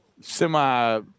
semi